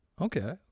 Okay